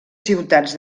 ciutats